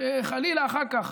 שחלילה אחר כך